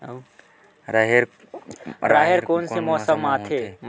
राहेर कोन से मौसम म होथे?